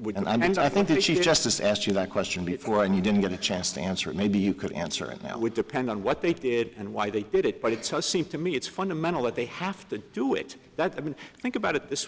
would and i think she just asked you that question before and you didn't get a chance to answer maybe you could answer it now would depend on what they did and why they did it but it seems to me it's fundamental that they have to do it that i mean think about it this